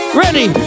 ready